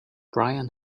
brian